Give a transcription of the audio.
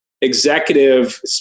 executive